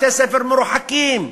בתי-ספר מרוחקים.